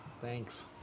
Thanks